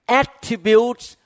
attributes